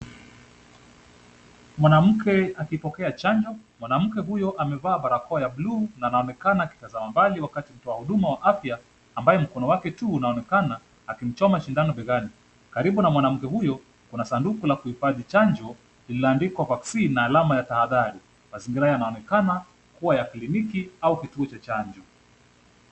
Mwanamke akipokea chanjo. Mwanamke huyo amevaa barakoa ya buluu na anaonekana akitazama mbali wakati wa kutoa huduma ya afya ambaye mkono wake tu unaonekana akimchoma sindano begani. Karibu na mwanamke huyu kuna sanduku la kuhifadhi chanjo lililoandikwa vaccine na alama ya tahadhari. Mazingira yanaonekana kuwa ya kliniki au kituo cha chanjo.